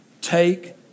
take